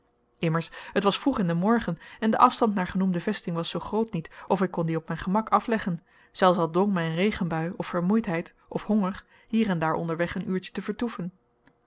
immers het was vroeg in den morgen en de afstand naar genoemde vesting was zoo groot niet of ik kon dien op mijn gemak afleggen zelfs al dwong mij een regenbui of vermoeidheid of honger hier en daar onderweg een uurtje te vertoeven